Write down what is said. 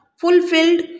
fulfilled